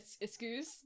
Excuse